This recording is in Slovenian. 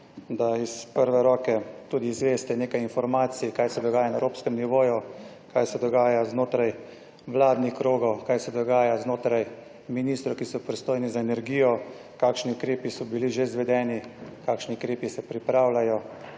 da iz prve roke tudi izveste nekaj informacij, kaj se dogaja na evropskem nivoju, kaj se dogaja znotraj vladnih krogov, kaj se dogaja znotraj ministrov, ki so pristojni za energijo, kakšni ukrepi so bili že izvedeni, kakšni ukrepi se pripravljajo.